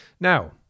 Now